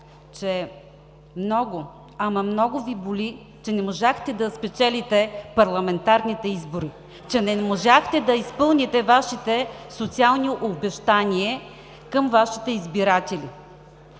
че много, ама много Ви боли, че не можахте да спечелите парламентарните избори; че не можахте да изпълните социалните си обещания към Вашите избиратели.